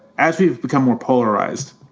as we become more polarized,